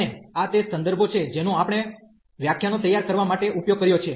અને આ તે સંદર્ભો છે જેનો આપણે વ્યાખ્યાનો તૈયાર કરવા માટે ઉપયોગ કર્યો છે